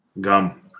gum